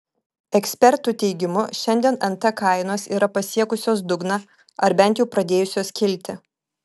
ekspertų teigimu šiandien nt kainos yra pasiekusios dugną ar bent jau pradėjusios kilti